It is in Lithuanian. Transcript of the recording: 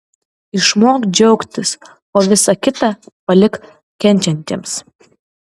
išmok džiaugtis o visa kita palik kenčiantiems